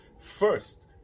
First